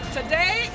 Today